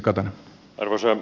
arvoisa puhemies